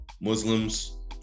Muslims